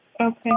Okay